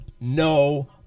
no